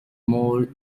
mauled